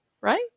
Right